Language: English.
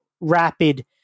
rapid